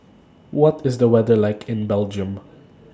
What IS The weather like in Belgium